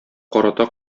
карата